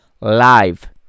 live